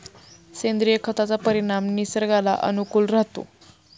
सेंद्रिय खताचा परिणाम निसर्गाला अनुकूल राहतो